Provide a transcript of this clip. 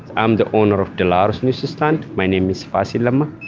i'm the owner of delauer's newsstand. my name is fasil lemme.